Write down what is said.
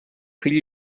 fill